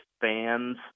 fans